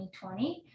2020